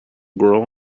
girl